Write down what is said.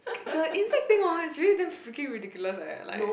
the inside things orh is really damn freaking ridiculous eh like